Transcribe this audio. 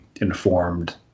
informed